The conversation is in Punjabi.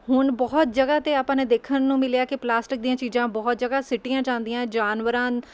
ਹੁਣ ਬਹੁਤ ਜਗ੍ਹਾ ਤੇ ਆਪਾਂ ਨੇ ਦੇਖਣ ਨੂੰ ਮਿਲਿਆ ਕਿ ਪਲਾਸਟਿਕ ਦੀਆਂ ਚੀਜ਼ਾਂ ਬਹੁਤ ਜਗ੍ਹਾ ਸਿੱਟੀਆਂ ਜਾਂਦੀਆਂ ਜਾਨਵਰਾਂ